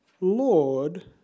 Lord